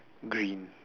green